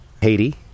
Haiti